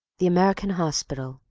the american hospital,